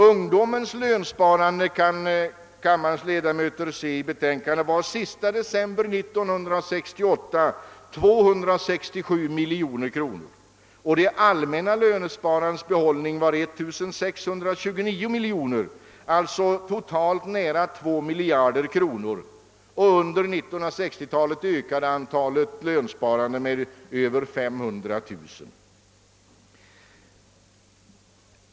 Av betänkandet framgår att behållningen inom ungdomens lönsparande den 1 januari 1968 uppgick till 267 miljoner kronor och att allmänna lönsparandets behållning vid samma tidpunkt var 1629 miljoner kronor. Den totala behållningen var alltså nära 2 miljarder kronor. Under 1960-talet ökade dessutom antalet lönsparare med över 300 000.